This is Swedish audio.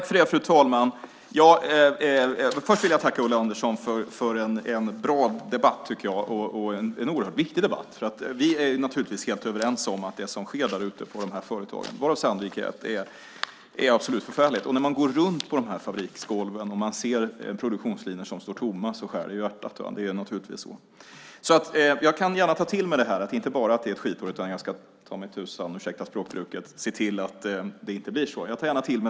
Fru talman! Jag tackar Ulla Andersson för en bra och oerhört viktig debatt. Vi är naturligtvis helt överens om att det som sker ute på de här företagen, varav Sandvik är ett, är absolut förfärligt. När man går runt på fabriksgolven och ser produktionslinjer som står tomma skär det i hjärtat. Jag kan gärna ta till mig det här och säga att det inte bara ett skitår utan att jag ta mig tusan - ursäkta språkbruket - ska se till att det inte blir så.